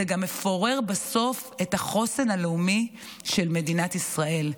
זה גם מפורר בסוף את החוסן הלאומי של מדינת ישראל,